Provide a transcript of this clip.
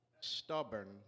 stubborn